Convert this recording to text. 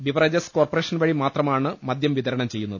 beverages corporation വഴി മാത്രമാണ് മദ്യം വിതരണം ചെയ്യുന്നത്